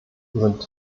sind